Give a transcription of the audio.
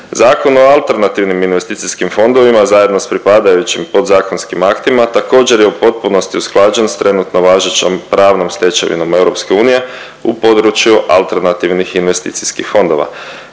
Zakon o alternativnim investicijskim fondovima zajedno s pripadajućim podzakonskim aktima također je u potpunosti usklađen s trenutno važećom pravnom stečevinom EU u području alternativnih investicijskih fondova.